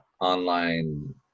online